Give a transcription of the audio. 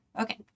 okay